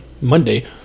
Monday